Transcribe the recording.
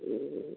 ହୁ